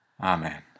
Amen